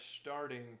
starting